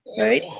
Right